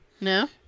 No